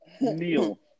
neal